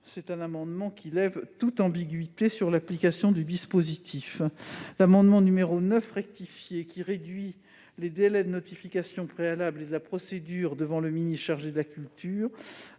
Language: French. Cet amendement permet de lever toute ambiguïté sur l'application du dispositif. L'amendement n° 9 rectifié vise à réduire les délais de notification préalable et de la procédure devant le ministre chargé de la culture,